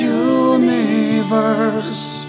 universe